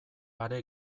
are